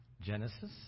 Genesis